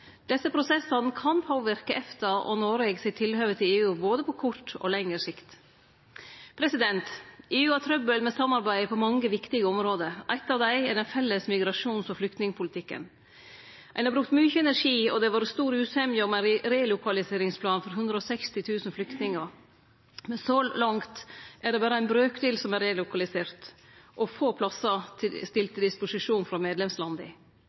Desse prosessane kan påverke EFTA og Noreg sitt tilhøve til EU både på kort og på lengre sikt. EU har trøbbel med samarbeidet på mange viktige område. Eitt av dei er den felles migrasjons- og flyktningpolitikken. Ein har brukt mykje energi, og det har vore stor usemje om ein relokaliseringsplan for 160 000 flyktningar, men så langt er det berre ein brøkdel som er relokalisert, og få plassar som er stilte til disposisjon frå medlemslanda.